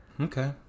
Okay